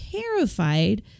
terrified